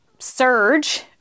surge